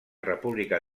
república